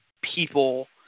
people